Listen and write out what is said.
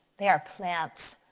they are plants.